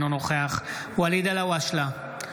אינו נוכח ואליד אלהואשלה,